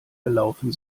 gelaufen